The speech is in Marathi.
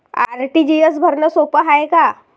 आर.टी.जी.एस भरनं सोप हाय का?